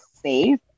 safe